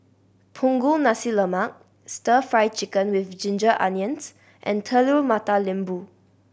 Punggol Nasi Lemak Stir Fry Chicken with ginger onions and Telur Mata Lembu